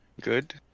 Good